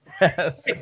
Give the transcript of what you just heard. Yes